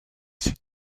signes